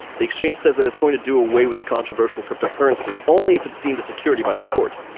the exchange says that it's going to do away with a controversial cryptocurrency only if it's deemed a security by the court.